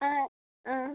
അ അ